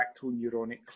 neuronic